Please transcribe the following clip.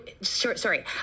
sorry